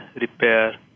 repair